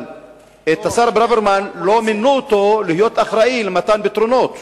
אבל את השר ברוורמן לא מינו להיות אחראי למתן פתרונות